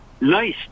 nice